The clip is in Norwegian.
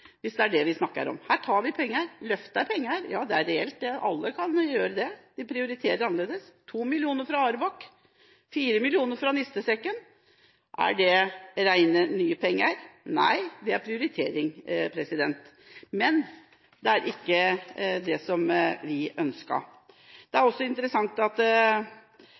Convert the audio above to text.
hvis det er det vi snakker om. Her tar de penger, løfter penger – ja, det er reelt, alle kan gjøre det. De prioriterer annerledes. 2 mill. kr fra Arbark, 4 mill. kr fra nistesekken – er dette rene, nye penger? Nei, det er prioritering. Men det er ikke det som vi ønsket. Det er også interessant å høre at